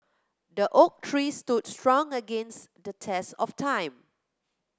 the oak tree stood strong against the test of time